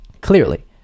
clearly